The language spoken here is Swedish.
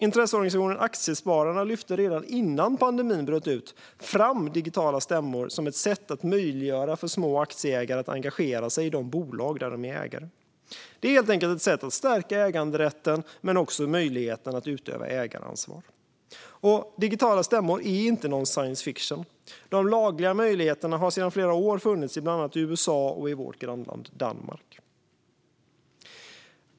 Intresseorganisationen Aktiespararna lyfte redan innan pandemin bröt ut fram digitala stämmor som ett sätt att möjliggöra för små aktieägare att engagera sig i de bolag där de är ägare. Det är helt enkelt ett sätt att stärka äganderätten men också möjligheten att utöva ägaransvar. Digitala stämmor är inte någon science fiction. De lagliga möjligheterna har funnits i flera år i bland annat USA och vårt grannland Danmark.